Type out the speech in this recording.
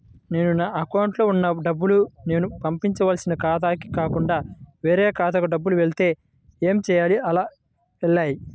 నేను నా అకౌంట్లో వున్న డబ్బులు నేను పంపవలసిన ఖాతాకి కాకుండా వేరే ఖాతాకు డబ్బులు వెళ్తే ఏంచేయాలి? అలా వెళ్తాయా?